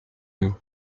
nous